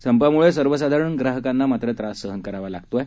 संपाम्ळे सर्वसाधारण ग्राहकांना मात्र त्रास सहन करावा लागत आहे